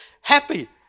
Happy